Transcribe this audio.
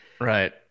Right